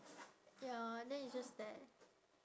ya and then it's just there